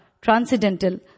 transcendental